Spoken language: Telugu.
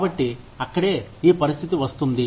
కాబట్టి అక్కడే ఈ పరిస్థితి వస్తుంది